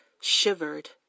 shivered